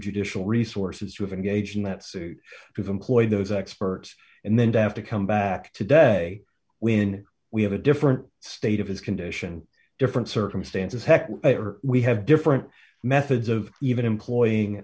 judicial resources to engage in that suit of employ those experts and then to have to come back today when we have a different state of his condition different circumstances heck we have different methods of even employing